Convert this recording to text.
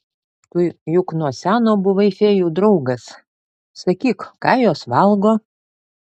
tu juk nuo seno buvai fėjų draugas sakyk ką jos valgo